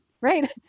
right